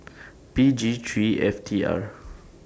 P G three F T R